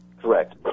Correct